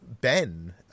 Ben